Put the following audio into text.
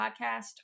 Podcast